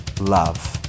love